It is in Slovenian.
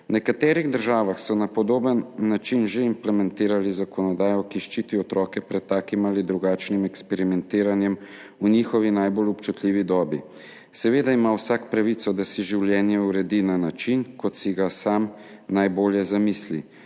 V nekaterih državah so na podoben način že implementirali zakonodajo, ki ščiti otroke pred takim ali drugačnim eksperimentiranjem v njihovi najbolj občutljivi dobi. Seveda ima vsak pravico, da si življenje uredi na način, kot si ga sam najbolje zamisli,